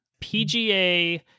PGA